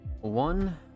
One